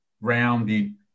rounded